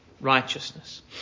righteousness